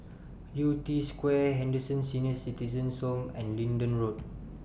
Yew Tee Square Henderson Senior Citizens' Home and Leedon Road